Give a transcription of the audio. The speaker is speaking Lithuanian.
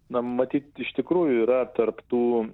na matyt iš tikrųjų yra tarp tų